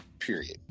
period